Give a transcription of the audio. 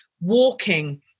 walking